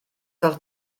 fel